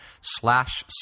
slash